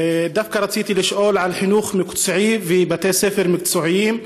רציתי לשאול על חינוך מקצועי ובתי ספר מקצועיים.